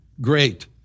Great